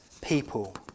people